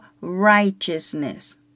righteousness